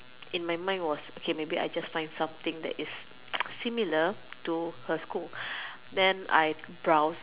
in my mind was okay maybe I just find something that is similar to her school then I browse